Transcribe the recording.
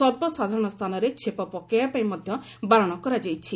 ସର୍ବସାଧାରଣ ସ୍ଥାନରେ ଛେପ ପକାଇବାପାଇଁ ମଧ୍ୟ ବାରଣ କରାଯାଇଛି